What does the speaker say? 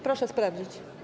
Proszę sprawdzić.